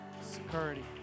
Security